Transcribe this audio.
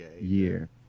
year